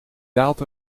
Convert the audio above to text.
daalt